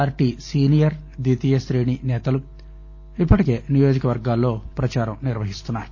party senior ద్వితీయ శ్రేణి నేతలు ఇప్పటికే నియోజక వర్గాల్లో ప్రచారం నిర్వహిస్తున్నారు